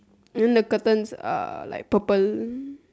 then the curtains are like purple